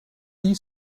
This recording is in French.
lee